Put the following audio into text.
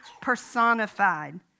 personified